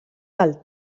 del